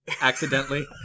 accidentally